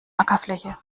ackerfläche